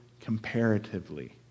comparatively